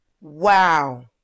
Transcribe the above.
Wow